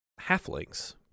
halflings